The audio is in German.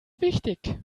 wichtig